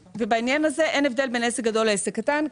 בעניין הזה, אין הבדל בין עסק גדול לעסק קטן.